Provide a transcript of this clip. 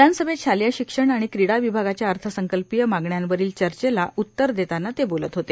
विधानसभेत शालेय शिक्षण आणि क्रीडा विभागाच्या अर्थसंकल्पीय मागण्यांवरील चर्चेला उत्तर देताना ते बोलत होते